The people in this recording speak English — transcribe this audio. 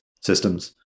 systems